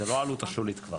זו לא העלות השולית כבר.